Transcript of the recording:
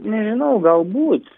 nežinau galbūt